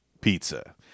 pizza